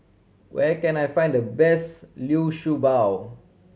where can I find the best liu shu bao